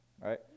right